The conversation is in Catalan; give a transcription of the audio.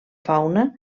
fauna